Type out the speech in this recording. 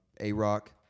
A-Rock